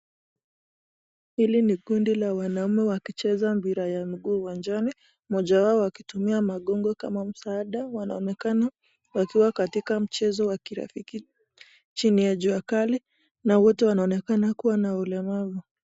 Hili ni kundi ya wa wanaume wakicheza mpira ya mguu kiwanjani moja wao akitumia magongo kama msaada wanaonekana wakiwa katika mchezo kirafiki chini ya juu kali na wote wanoonekana kuwa na ulemavu timamu.